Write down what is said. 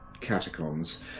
catacombs